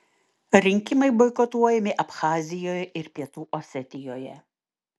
rinkimai boikotuojami abchazijoje ir pietų osetijoje